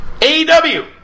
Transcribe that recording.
AEW